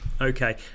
Okay